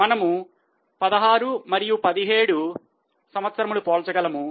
మనము 16 మరియు 17 పోల్చగలము